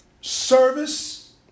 service